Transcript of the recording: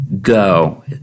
go